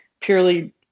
purely